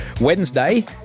Wednesday